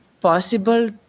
possible